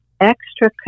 extra